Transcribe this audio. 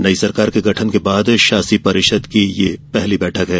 नई सरकार के गठन के बाद शासी परिषद की यह पहली बैठक है